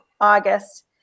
August